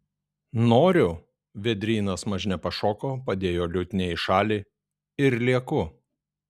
noriu vėdrynas mažne pašoko padėjo liutnią į šalį ir lieku